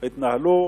התנהלו